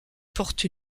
porte